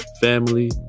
family